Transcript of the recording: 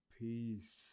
Peace